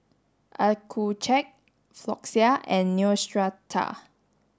Accucheck Floxia and Neostrata